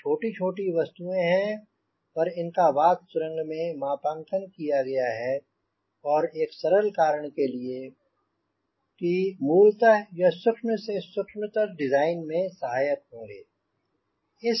यह छोटी छोटी वस्तुएँ हैं पर इनका वात सुरंग में मापांकन किया गया है और एक सरल कारण के लिए कि मूलतः यह सूक्ष्म से सूक्ष्मतर डिज़ाइन में सहायक होंगे